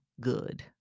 good